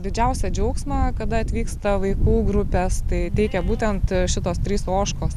didžiausią džiaugsmą kada atvyksta vaikų grupės tai teikia būtent šitos trys ožkos